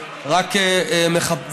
ורק מחפשים,